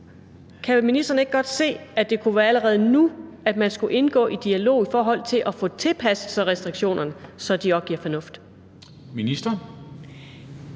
Kan ministeren ikke godt se, at det kunne være allerede nu, at man skulle indgå i dialog i forhold til at få tilpasset sig restriktionerne, så de også giver fornuft?